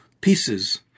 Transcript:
pieces